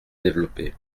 développés